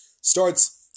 starts